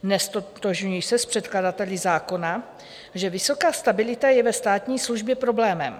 Neztotožňuji se s předkladateli zákona, že vysoká stabilita je ve státní službě problémem.